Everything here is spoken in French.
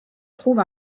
trouve